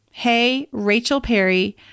Heyrachelperry